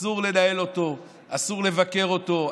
אסור לנהל אותו, אסור לבקר אותו.